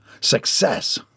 Success